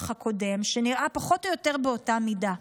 הקודם שנראה פחות או יותר באותה מידה.